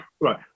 Right